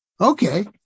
Okay